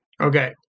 Okay